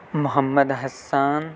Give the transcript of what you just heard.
محمد حسان